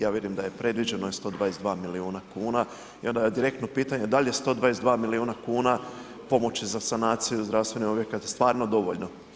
Ja vidim da je predviđeno je 122 milijuna kuna, jedno direktno pitanje, da li je 122 milijuna kuna pomoći za sanaciju zdravstvenih objekata stvarno dovoljno?